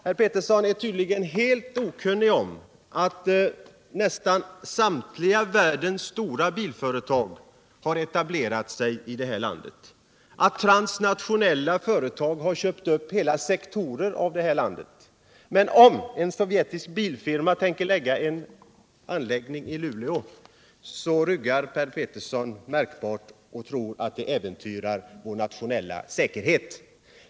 Herr Petersson är tydligen helt okunnig om att nästan samtliga världens stora bilföretag har etablerat sig här och att transnationella företag köpt upp hela sektorer av det här landet. Men om en sovjetisk bilfirma vill ha en anläggning i Luleå, ryggar Per Petersson märkbart och tror att det äventyrar vår nationella säkerhet.